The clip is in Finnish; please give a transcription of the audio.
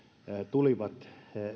tulivat